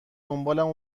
دنبالم